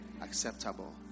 Acceptable